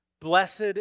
blessed